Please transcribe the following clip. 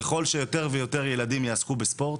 ככל שיותר ויותר ילדים יעסקו בספורט,